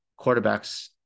quarterbacks